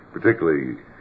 particularly